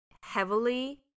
heavily